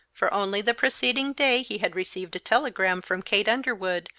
for only the preceding day he had received a telegram from kate underwood,